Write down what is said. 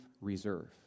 reserve